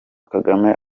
kagame